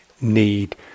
need